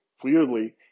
Clearly